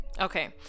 Okay